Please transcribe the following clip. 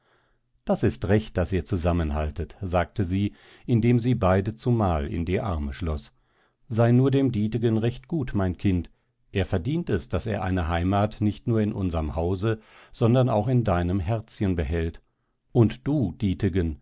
das ist recht daß ihr euch zusammenhaltet sagte sie indem sie beide zumal in die arme schloß sei nur dem dietegen recht gut mein kind er verdient es daß er eine heimat nicht nur in unserm hause sondern auch in deinem herzchen behält und du dietegen